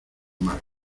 mas